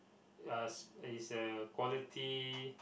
uh is a quality